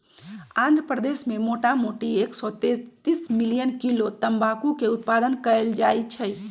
आंध्र प्रदेश मोटामोटी एक सौ तेतीस मिलियन किलो तमाकुलके उत्पादन कएल जाइ छइ